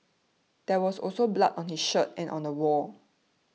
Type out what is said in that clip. there was also blood on his shirt and on the wall